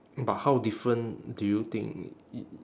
but how different do you think y~